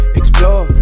explore